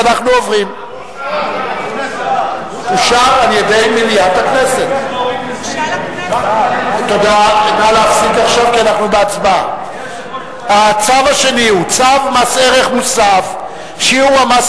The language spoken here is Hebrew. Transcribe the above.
אני קובע שצו מס ערך מוסף (שיעור המס